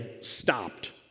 stopped